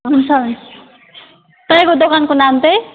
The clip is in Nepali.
हुन्छ तपाईँको दोकानको नाम चाहिँ